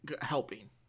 helping